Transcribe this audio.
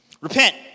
Repent